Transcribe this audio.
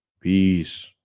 Peace